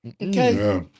Okay